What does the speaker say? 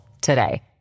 today